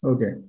Okay